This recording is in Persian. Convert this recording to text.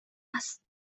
است